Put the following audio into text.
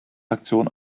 aktion